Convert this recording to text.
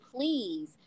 please